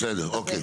בסדר, אוקיי.